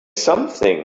something